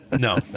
No